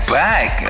back